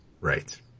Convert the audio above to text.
Right